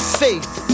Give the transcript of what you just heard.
faith